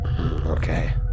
Okay